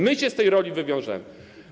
My się z tej roli wywiążemy.